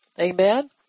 Amen